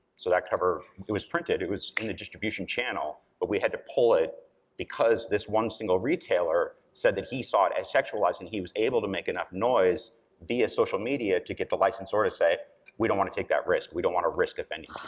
so that cover, it was printed, it was in the distribution channel, but we had to pull it because this one single retailer said that he saw it as sexualized, and he was able to make enough noise via social media to get the licensor to say we don't wanna take that risk, we don't wanna risk offending and